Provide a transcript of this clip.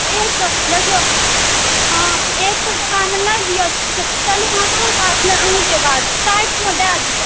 एक सए देखियो हँ एक सए टकामे नहि दियऽ चलु हमरो बात नहि अहुँके बात नहि साठिमे दऽ दियऽ